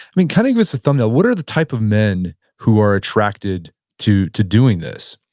i mean cutting us a thumbnail, what are the type of men who are attracted to to doing this?